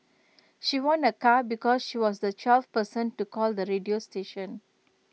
she won A car because she was the twelfth person to call the radio station